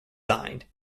signed